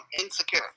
insecure